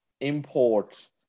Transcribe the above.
import